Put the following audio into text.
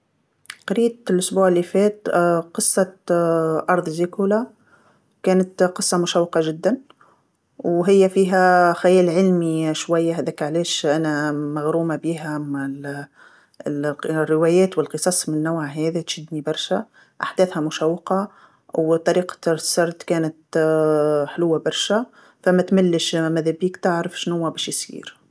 قريت الأسبوع اللي فات قصة أرض زيكولا، كانت قصه مشوقه جدا، وهي فيها خيال علمي شويه هذاك علاش أنا مغرومه بيها الق- الروايات والقصص من النوع هاذي تشدني برشا، أحداثها مشوقه وطريقة السرد كانت حلوه برشا فماتملش مذابيك تعرف شناوا باش يصير.